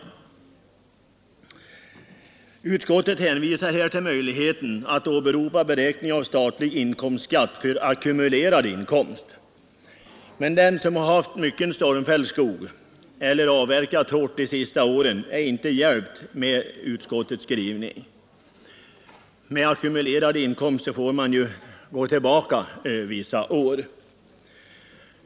Utskottet har emellertid hänvisat till möjligheten att åberopa bestämmelserna i förordningen 1951:763 angående beräkning av statlig inkomstskatt för ackumulerad inkomst. Den som har haft mycken stormfälld skog eller har avverkat hårt de senaste åren är dock inte hjälpt med utskottets skrivning. Med bestämmelsen om ackumulerad inkomst får man ju slå ut inkomsten över vissa år bakåt.